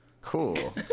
cool